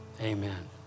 Amen